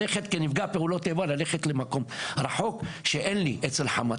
כנפגע פעולות איבה ללכת למקום רחוק שאין לי אצל חמתי,